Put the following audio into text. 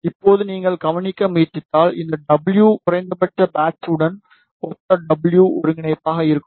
இப்போது நீங்கள் கவனிக்க முயற்சித்தால் இந்த டபுள்யூ குறைந்தபட்ச பேட்ச் உடன் ஒத்த டபுள்யூ ஒருங்கிணைப்பாக இருக்கும்